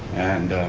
and